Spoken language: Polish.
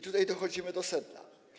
Tutaj dochodzimy do sedna.